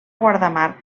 guardamar